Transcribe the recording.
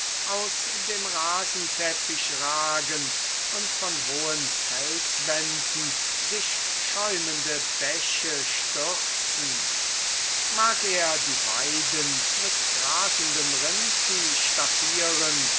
aus dem rasenteppich ragen und von hohen felswänden sich schäumende bäche stürzen mag er die weiden mit grasendem rindvieh